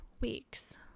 weeks